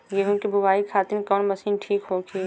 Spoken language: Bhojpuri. गेहूँ के बुआई खातिन कवन मशीन ठीक होखि?